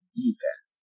defense